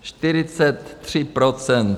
43 %.